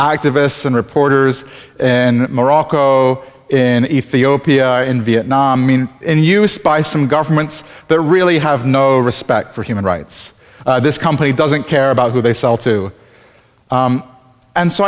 activists and reporters in morocco in ethiopia in vietnam in use by some governments there really have no respect for human rights this company doesn't care about who they sell to and so